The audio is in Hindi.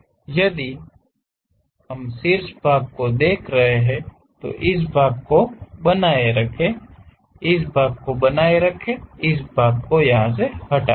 इसलिए यदि हम शीर्ष भाग को देख रहे हैं तो इस भाग को बनाए रखें इस भाग को बनाए रखें इसे हटा दें